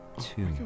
Two